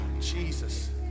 Jesus